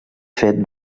fet